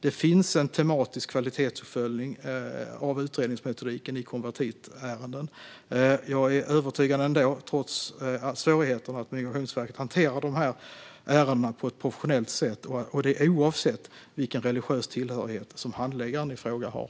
Det finns en tematisk kvalitetsuppföljning av utredningsmetodiken i konvertitärenden. Trots svårigheterna är jag övertygad om att Migrationsverket hanterar de här ärendena på ett professionellt sätt, oavsett vilken religiös tillhörighet handläggaren i fråga har.